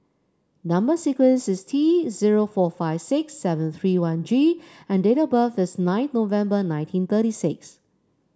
number sequence is T zero four five six seven three one G and date of birth is nine November nineteen thirty six